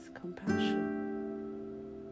compassion